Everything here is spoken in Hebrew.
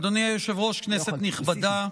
אדוני היושב-ראש, כנסת נכבדה,